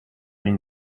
این